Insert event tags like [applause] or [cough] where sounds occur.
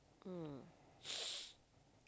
um [noise]